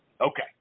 Okay